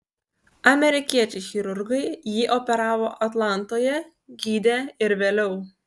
amerikiečiai chirurgai jį operavo atlantoje gydė ir vėliau